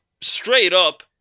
straight-up